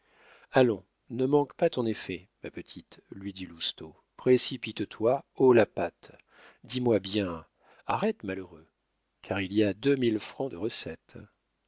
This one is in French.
allons ne manque pas ton effet ma petite lui dit lousteau précipite toi haut la patte dis-moi bien arrête malheureux car il y a deux mille francs de recette